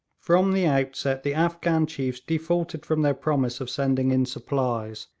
from the outset the afghan chiefs defaulted from their promise of sending in supplies,